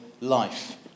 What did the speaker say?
life